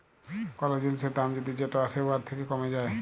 call জিলিসের দাম যদি যেট আসে উয়ার থ্যাকে কমে যায়